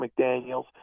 McDaniels